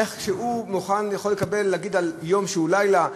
איך הוא יכול להגיד על יום שהוא לילה,